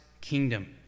kingdom